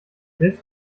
selbst